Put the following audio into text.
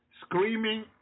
screaming